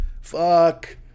Fuck